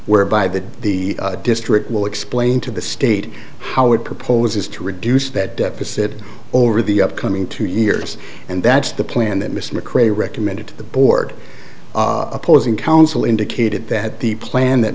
whereby that the district will explain to the state how it proposes to reduce that deficit over the upcoming two years and that's the plan that mr mccray recommended to the board opposing counsel indicated that the plan that